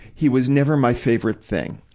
he was never my favorite thing,